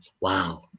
wow